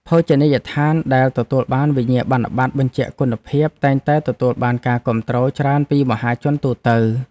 ភោជនីយដ្ឋានដែលទទួលបានវិញ្ញាបនបត្របញ្ជាក់គុណភាពតែងតែទទួលបានការគាំទ្រច្រើនពីមហាជនទូទៅ។